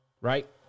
right